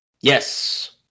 Yes